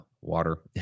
water